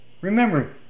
Remember